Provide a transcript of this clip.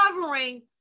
covering